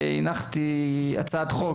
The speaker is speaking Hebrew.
הנחתי על שולחן הכנסת הצעת חוק,